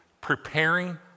preparing